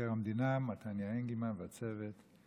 מבקר המדינה מתניה אנגלמן והצוות,